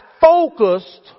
focused